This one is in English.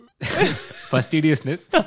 fastidiousness